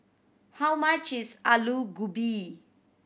how much is Aloo Gobi